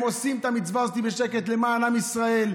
הם עושים את המצווה הזאת בשקט למען עם ישראל.